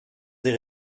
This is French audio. des